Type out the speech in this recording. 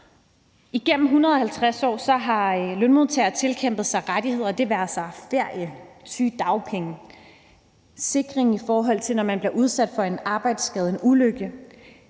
Igennem 150 år har lønmodtagere tilkæmpet sig rettigheder – det være sig ferie, sygedagpenge, sikring i forhold til når man bliver udsat for en arbejdsskade eller en ulykke.